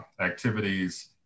activities